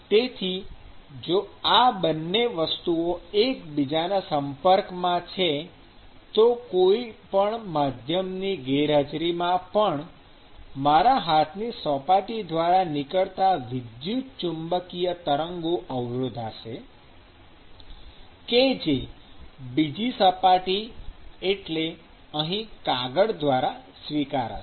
અને તેથી જો આ બંને વસ્તુઓ એકબીજાના સંપર્કમાં છે તો કોઈ પણ માધ્યમની ગેરહાજરીમાં પણ મારા હાથની સપાટી દ્વારા નીકળતાં વિદ્યુત ચુંબકીય તરંગો અવરોધાશે કે જે બીજી સપાટી એટલે અહી કાગળ દ્વારા સ્વીકારાશે